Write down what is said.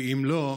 ואם לא,